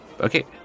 okay